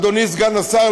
אדוני סגן השר,